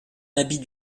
habit